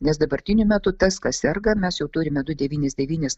nes dabartiniu metu tas kas serga mes jau turime du devynis devynis